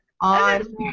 on